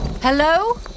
Hello